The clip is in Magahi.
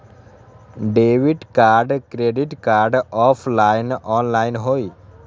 Debit card credit card offline online होई?